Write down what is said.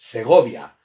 Segovia